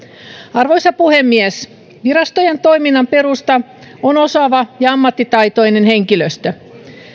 arvoisa puhemies virastojen toiminnan perusta on osaava ja ammattitaitoinen henkilöstö